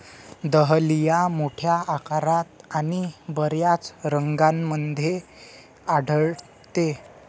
dahlia मोठ्या आकारात आणि बर्याच रंगांमध्ये आढळते